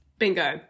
Bingo